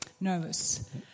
nervous